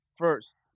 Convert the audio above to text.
First